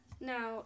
now